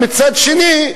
מצד שני,